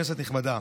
כנסת נכבדה,